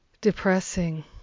depressing